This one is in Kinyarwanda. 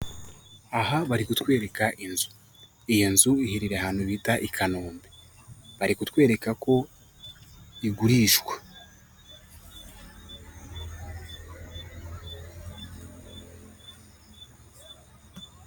Aha bari kutwereka inzu. Iyi nzu, iherereye ahantu bita i Kanombe. Bari kutwereka ko igurishwa.